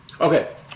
Okay